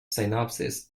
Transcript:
synopsis